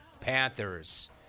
Panthers